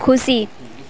खुसी